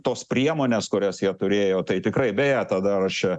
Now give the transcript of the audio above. tos priemonės kurias jie turėjo tai tikrai beje tą dar aš čia